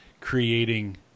creating